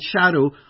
shadow